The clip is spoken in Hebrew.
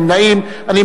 אבל אפילו יותר מהם,